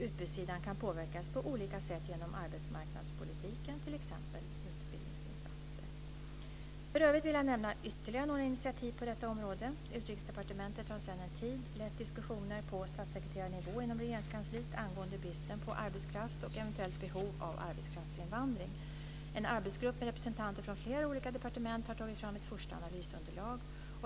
Utbudssidan kan påverkas på olika sätt genom arbetsmarknadspolitiken, t.ex. utbildningsinsatser. För övrigt vill jag nämna ytterligare några initiativ på detta område. Utrikesdepartementet har sedan en tid lett diskussioner på statssekreterarnivå inom Regeringskansliet angående bristen på arbetskraft och eventuellt behov av arbetskraftsinvandring. En arbetsgrupp med representanter från flera olika departement har tagit fram ett första analysunderlag.